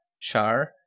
Char